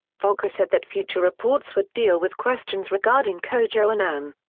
volcker said that future reports would deal with questions regarding kojo annan.